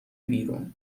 بیرون